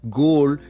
goal